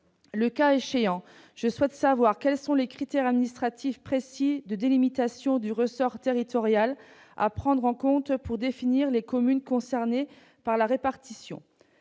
Le cas échéant, je souhaite savoir quels sont les critères administratifs précis de délimitation du ressort territorial à prendre en compte pour définir les communes concernées par la répartition.